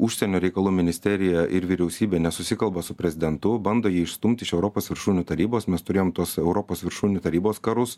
užsienio reikalų ministerija ir vyriausybė nesusikalba su prezidentu bando jį išstumt iš europos viršūnių tarybos mes turėjom tuos europos viršūnių tarybos karus